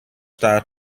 style